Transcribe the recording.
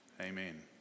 Amen